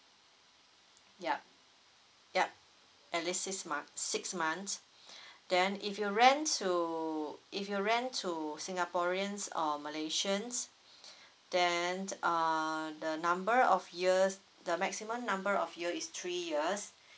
yup ya at least six months six months then if you're rent to if you're rent to singaporeans or malaysians then uh the number of years the maximum number of years is three years